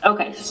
Okay